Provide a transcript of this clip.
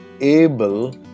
able